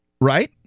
right